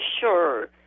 sure